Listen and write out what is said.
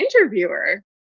interviewer